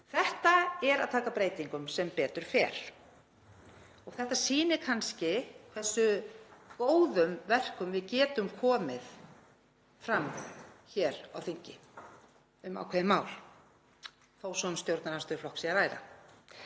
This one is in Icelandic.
Þetta er að taka breytingum sem betur fer og sýnir kannski hve góðum verkum við getum komið fram hér á þingi um ákveðin mál, þó svo að um stjórnarandstöðuflokk sé að ræða.